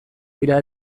dira